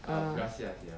uh